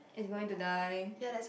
it's going to die